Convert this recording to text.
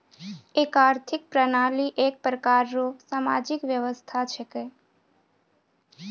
एक आर्थिक प्रणाली एक प्रकार रो सामाजिक व्यवस्था छिकै